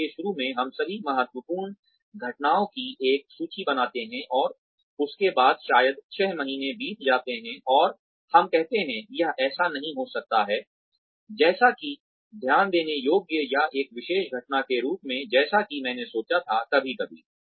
इसलिए शुरू में हम सभी महत्वपूर्ण घटनाओं की एक सूची बनाते हैं और उसके बाद शायद छह महीने बीत जाते हैं और हम कहते हैं यह ऐसा नहीं हो सकता है जैसा कि ध्यान देने योग्य या एक विशेष घटना के रूप में जैसा कि मैंने सोचा था कभी कभी